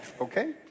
Okay